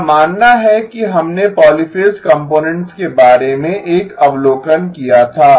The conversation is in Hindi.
मेरा मानना है कि हमने पॉलीफ़ेज़ कंपोनेंट्स के बारे में एक अवलोकन किया था